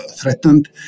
threatened